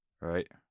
Right